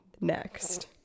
Next